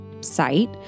site